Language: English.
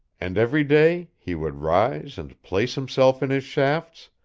and every day he would rise and place himself in his shafts,